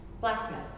blacksmith